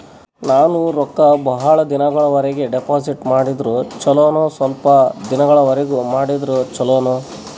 ನಾನು ರೊಕ್ಕ ಬಹಳ ದಿನಗಳವರೆಗೆ ಡಿಪಾಜಿಟ್ ಮಾಡಿದ್ರ ಚೊಲೋನ ಸ್ವಲ್ಪ ದಿನಗಳವರೆಗೆ ಮಾಡಿದ್ರಾ ಚೊಲೋನ?